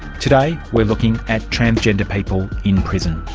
today, we're looking at transgender people in prison.